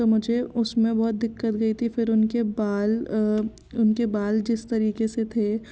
तो मुझे उसमें बहुत दिक्कत गई थी फिर उनके बाल उनके बाल जिस तरीके से थे